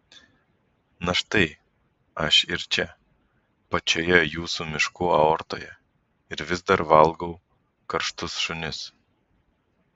na štai aš ir čia pačioje jūsų miškų aortoje ir vis dar valgau karštus šunis